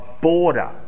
border